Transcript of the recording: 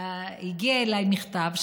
הגיע אליי מכתב,